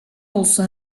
olsa